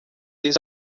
this